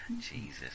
Jesus